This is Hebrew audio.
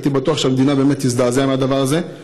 הייתי בטוח שהמדינה באמת תזדעזע מהדבר הזה.